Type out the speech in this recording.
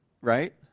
Right